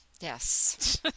Yes